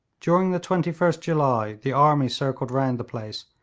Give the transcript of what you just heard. during the twenty first july the army circled round the place,